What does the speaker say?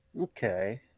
Okay